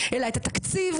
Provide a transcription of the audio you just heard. אלא את התקציב,